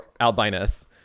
Albinus